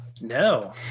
No